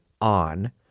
on